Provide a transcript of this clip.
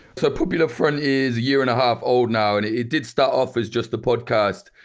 so popular front is a year and a half old now. and it did start off as just the podcast,